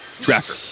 Tracker